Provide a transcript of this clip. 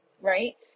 right